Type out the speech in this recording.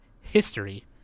history